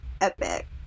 epic